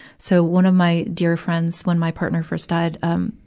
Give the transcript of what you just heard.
so one of my dear friends, when my partner first died, um,